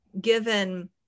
given